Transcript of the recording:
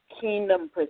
kingdom